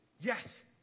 Yes